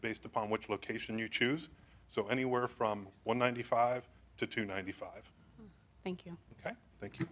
based upon which location you choose so anywhere from one ninety five to two ninety five thank you ok thank you